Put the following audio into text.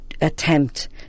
attempt